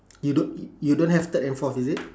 you don't you don't have third and fourth is it